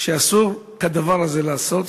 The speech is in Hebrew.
שאסור כדבר הזה לעשות,